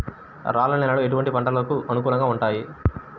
రాళ్ల నేలలు ఎటువంటి పంటలకు అనుకూలంగా ఉంటాయి?